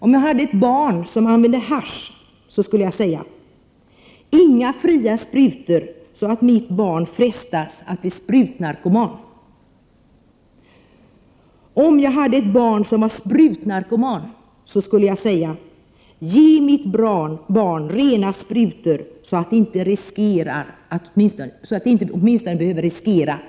Om jag hade ett barn som använde hasch skulle jag säga: Inga fria sprutor, så att mitt barn frestas att bli sprutnarkoman! Om jag hade ett barn som var sprutnarkoman skulle jag säga: Ge mitt barn rena sprutor så att det åtminstone inte riskerar att bli HIV-smittat! — Det går inte att lösa alla Prot.